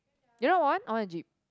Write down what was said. you don't want I want a jeep